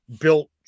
built